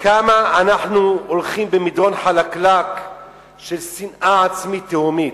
כמה אנחנו הולכים במדרון חלקלק של שנאה עצמית תהומית.